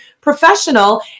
professional